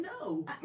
no